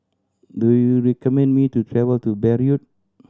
do you recommend me to travel to Beirut